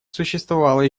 существовало